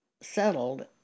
settled